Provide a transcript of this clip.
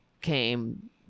came